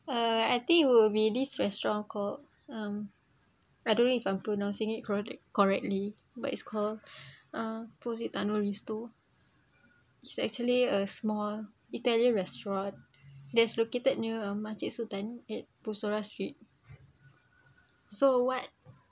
uh I think it will be this restaurant called um I don't know if I'm pronouncing it corredic~ correctly but it's called uh positano risto it's actually a small italian restaurant that is located near a masjid sultan at bussorah street so what